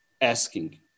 asking